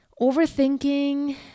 overthinking